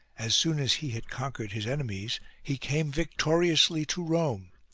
as soon as he had conquered his enemies he came victoriously to rome,